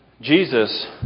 Jesus